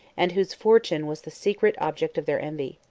and whose fortune was the secret object of their envy.